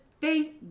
thank